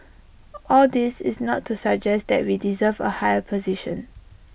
all this is not to suggest that we deserve A higher position